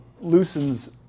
loosens